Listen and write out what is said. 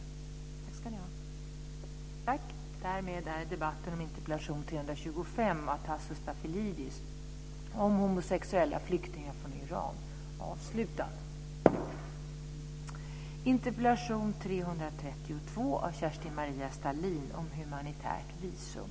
Tack ska ni ha.